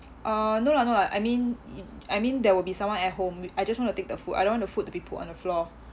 uh no lah no lah I mean I mean there will be someone at home I just wanna take the food I don't wanna food to be put on the floor